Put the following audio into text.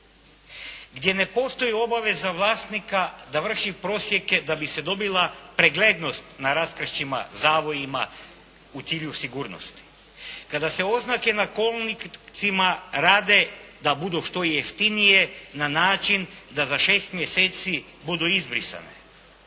gdje ne postoji obaveza vlasnika da vrši prosjeke da bi se dobila preglednost na raskršćima, zavojima u cilju sigurnosti. Kada se oznake na kolnicima rade da budu što jeftinije na način da za 6 mjeseci budu izbrisane.